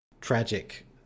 tragic